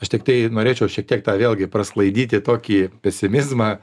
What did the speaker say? aš tiktai norėčiau šiek tiek tą vėlgi prasklaidyti tokį pesimizmą